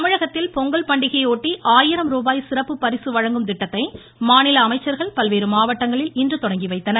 தமிழகத்தில் பொங்கல் பண்டிகையையொட்டி ஆயிரம் ரூபாய் சிறப்பு பரிசு வழங்கும் திட்டத்தை மாநில அமைச்சர்கள் பல்வேறு மாவட்டங்களில் இன்று தொடங்கி வைத்தனர்